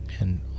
and